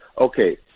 okay